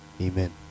Amen